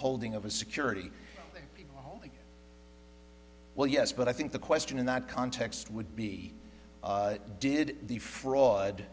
holding of a security people well yes but i think the question in that context would be did the fraud